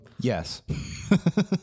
Yes